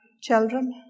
children